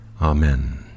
Amen